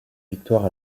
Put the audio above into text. victoire